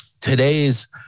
today's